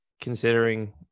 considering